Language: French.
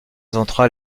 ventrale